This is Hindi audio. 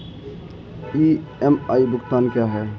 ई.एम.आई भुगतान क्या है?